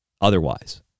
otherwise